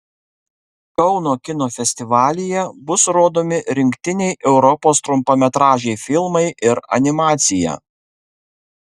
kauno kino festivalyje bus rodomi rinktiniai europos trumpametražiai filmai ir animacija